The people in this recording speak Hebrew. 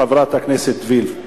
חברת הכנסת וילף,